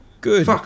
Good